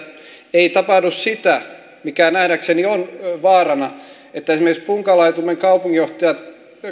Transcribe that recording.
ei tapahdu sitä mikä nähdäkseni on vaarana esimerkiksi punkalaitumen kaupunginjohtaja